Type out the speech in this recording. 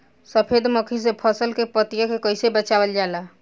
सफेद मक्खी से फसल के पतिया के कइसे बचावल जाला?